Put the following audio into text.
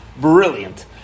brilliant